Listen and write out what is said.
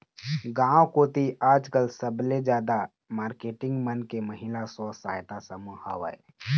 गांव कोती आजकल सबले जादा मारकेटिंग मन के महिला स्व सहायता समूह हवय